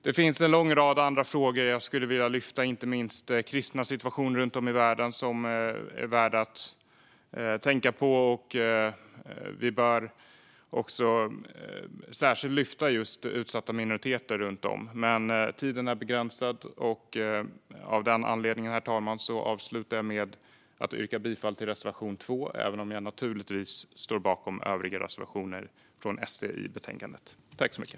Det finns en lång rad andra frågor som jag skulle vilja lyfta upp och som är värda att tänka på, inte minst kristnas situation runt om i världen. Vi bör också särskilt lyfta upp utsatta minoriteter, men tiden är begränsad. Av denna anledning, herr talman, avslutar jag med att yrka bifall till reservation 2, även om jag naturligtvis står bakom övriga reservationer från SD i betänkandet.